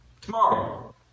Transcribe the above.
tomorrow